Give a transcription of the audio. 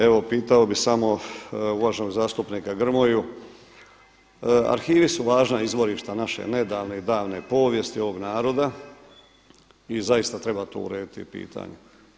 Evo pitao bih samo uvaženog zastupnika Grmoju, arhivi su važna izvorišta naše nedavne i davne povijesti ovog naroda i zaista treba tu urediti pitanje.